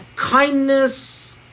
Kindness